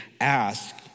ask